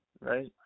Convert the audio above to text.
right